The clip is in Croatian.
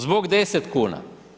Zbog 10 kuna.